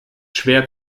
schwer